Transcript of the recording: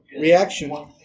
reaction